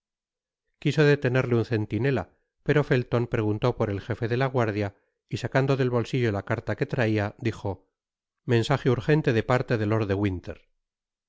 quiso detenerle un centinela pero felton preguntó por el jefe de la guardia y sacando del bolsillo la carta que traia dijo mensaje urgente de parte de lord de winter al